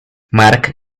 mark